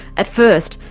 at first,